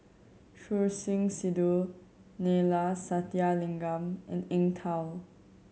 Choor Singh Sidhu Neila Sathyalingam and Eng Tow